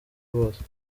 bose